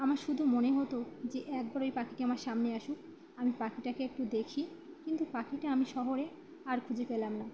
আমার শুধু মনে হতো যে একবার ওই পাখিটি আমার সামনে আসুক আমি পাখিটাকে একটু দেখি কিন্তু পাখিটা আমি শহরে আর খুঁজে পেলাম না